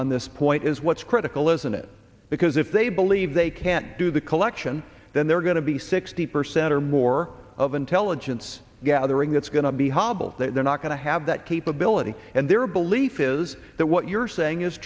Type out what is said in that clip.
on this point is what's critical isn't it because if they believe they can't do the collection then they're going to be sixty percent or more of intelligence gathering that's going to be hobbled they're not going to have that capability and their belief is that what you're saying is